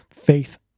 faith